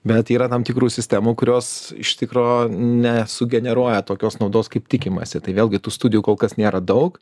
bet yra tam tikrų sistemų kurios iš tikro ne sugeneruoja tokios naudos kaip tikimasi tai vėlgi tų studijų kol kas nėra daug